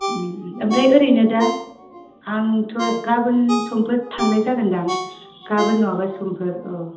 ओमफ्राय ओरैनो दा आंथ' गाबोन समफोर थांनाय जागोन दां गाबोन नङाबा समफोर अ